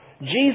Jesus